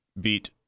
beat